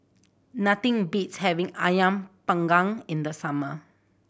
nothing beats having Ayam Panggang in the summer